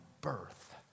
birth